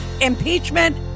Impeachment